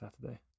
Saturday